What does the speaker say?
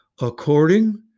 according